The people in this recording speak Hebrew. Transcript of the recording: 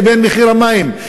לבין מחיר המים.